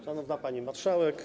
Szanowna Pani Marszałek!